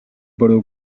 bwrw